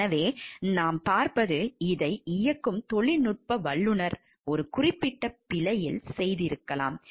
எனவே நாம் பார்ப்பது இதை இயக்கும் தொழில்நுட்ப வல்லுநர் ஒரு குறிப்பிட்ட பிழையில் செய்திருக்கலாம்